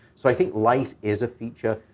so i think light is a feature,